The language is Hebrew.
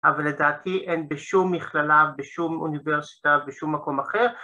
‫אבל לדעתי אין בשום מכללה, ‫בשום אוניברסיטה, בשום מקום אחר.